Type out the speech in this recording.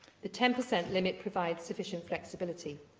the ten per cent limit provides sufficient flexibility.